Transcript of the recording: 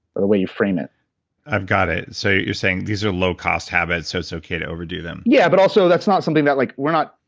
or way you frame it i've got it, so you're saying these are low cost habits, so it's okay to overdo them? yeah, but also that's not something that like we're not.